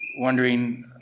wondering